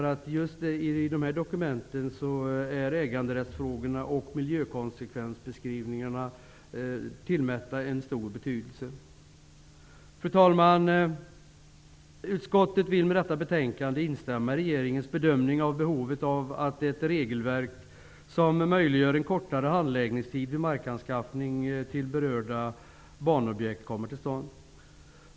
Just i dessa dokument är äganderättsfrågorna och miljökonskvensbeskrivningar tillmätta en stor betydelse. Fru talman! Utskottet vill med detta betänkande instämma i regeringens bedömning av behovet av ett regelverk som möjliggör en kortare handläggningstid vid markanskaffning till berörda banobjekt.